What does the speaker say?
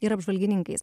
ir apžvalgininkais